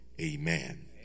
Amen